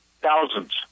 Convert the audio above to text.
thousands